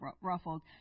ruffled